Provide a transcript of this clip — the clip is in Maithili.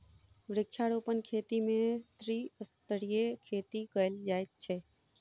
वृक्षारोपण खेती मे त्रिस्तरीय खेती कयल जाइत छै